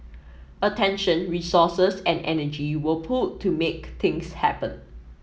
attention resources and energy were pooled to make things happen